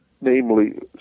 namely